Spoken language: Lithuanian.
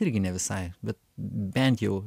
irgi ne visai bet bent jau